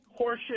horseshit